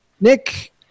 Nick